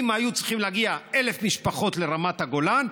אם היו צריכים להגיע 1,000 משפחות לרמת הגולן,